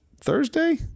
Thursday